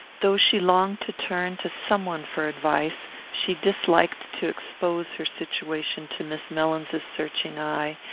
though she longed to turn to some one for advice she disliked to expose her situation to miss mellins's searching eye,